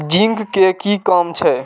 Zinc के कि काम छै?